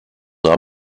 are